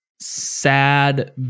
sad